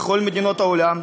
בכל מדינות העולם,